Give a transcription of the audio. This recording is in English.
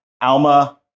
Alma